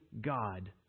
God